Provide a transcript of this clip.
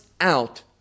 out